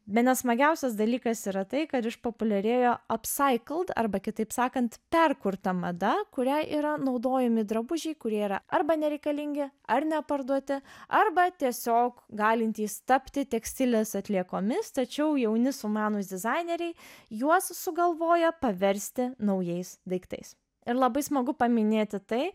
bene smagiausias dalykas yra tai kad išpopuliarėjo upcycled arba kitaip sakant perkurta mada kuriai yra naudojami drabužiai kurie yra arba nereikalingi ar neparduoti arba tiesiog galintys tapti tekstilės atliekomis tačiau jauni sumanūs dizaineriai juos sugalvoja paversti naujais daiktais ir labai smagu paminėti tai